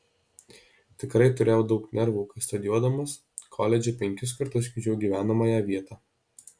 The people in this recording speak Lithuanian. tikrai turėjau daug nervų kai studijuodamas koledže penkis kartus keičiau gyvenamąją vietą